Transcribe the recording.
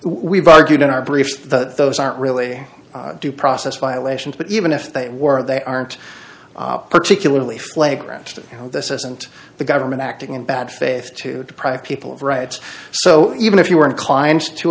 we've argued in our briefs the those aren't really due process violations but even if they were they aren't particularly flagrant you know this isn't the government acting in bad faith to deprive people of rights so even if you were inclined to